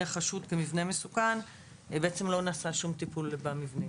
חשוד כמבנה מסוכן בעצם לא נעשה שום טיפול במבנה.